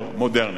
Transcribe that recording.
מודרניים יותר.